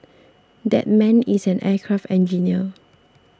that man is an aircraft engineer